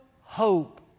hope